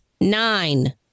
nine